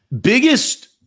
Biggest